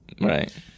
right